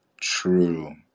true